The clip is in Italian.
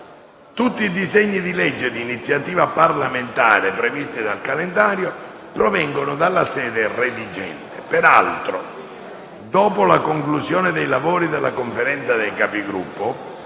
Tutti i disegni di legge di iniziativa parlamentare previsti dal calendario provengono dalla sede redigente. Peraltro - dopo la conclusione dei lavori della Conferenza dei Capigruppo